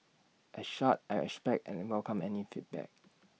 as such I respect and welcome any feedback